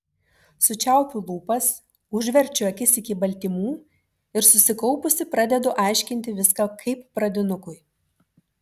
sučiaupiu lūpas užverčiu akis iki baltymų ir susikaupusi pradedu aiškinti viską kaip pradinukui